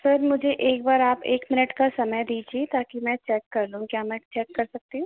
sir मुझे एक बार आप एक मिनट का समय दीजिए ताकि मैं चेक कर लूँ क्या मैं चेक कर सकती हूँ